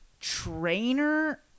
trainer –